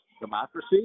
Democracy